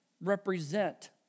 represent